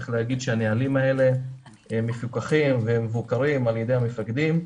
צריך להגיד שהנהלים האלה מפוקחים ומבוקרים על ידי המפקדים,